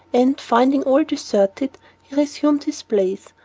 and, finding all deserted, he resumed his place,